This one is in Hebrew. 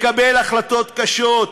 לקבל החלטות קשות,